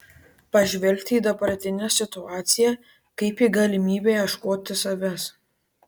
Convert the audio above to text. pažvelgti į dabartinę situaciją kaip į galimybę ieškoti savęs